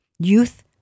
Youth